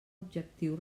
objectiu